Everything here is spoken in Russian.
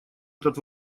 этот